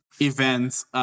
events